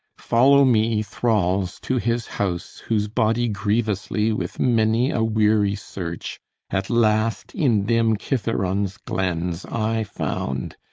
follow me, thralls, to his house, whose body grievously with many a weary search at last in dim kithaeron's glens i found,